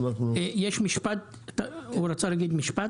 הוא רצה להגיד משפט.